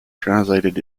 translated